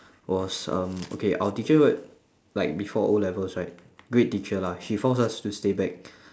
was um okay our teacher right like before O levels right great teacher lah she forced us to stay back